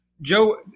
Joe